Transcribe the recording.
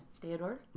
Theodore